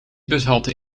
bushalte